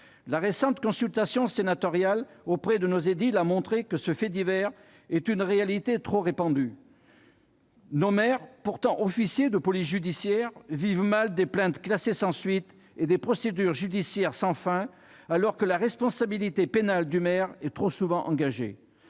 La récente consultation sénatoriale auprès de nos édiles montre que ces faits divers sont une réalité trop répandue. Nos maires, pourtant officiers de police judiciaire, vivent mal le classement sans suite de plaintes et les procédures judiciaires sans fin, alors que la responsabilité pénale du maire est trop souvent engagée.